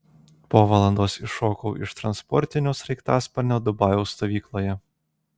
po valandos iššokau iš transportinio sraigtasparnio dubajaus stovykloje